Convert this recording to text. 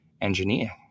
engineer